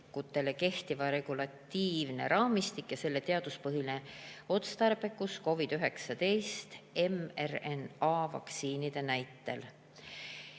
kehtiv regulatiivne raamistik ja selle teaduspõhine otstarbekus COVID‑19 mRNA vaktsiinide näitel".